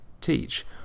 teach